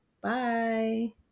Bye